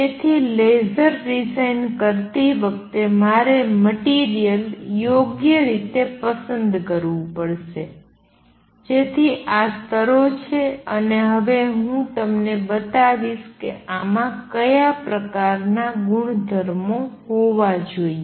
તેથી laser design કરતી વખતે મારે મટિરિયલ યોગ્ય રીતે પસંદ કરવું પડશે જેથી આ સ્તરો છે અને હવે હું તમને બતાવીશ કે આમાં કયા પ્રકારના ગુણધર્મ હોવા જોઈએ